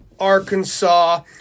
Arkansas